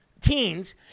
teens